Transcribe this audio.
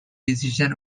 decision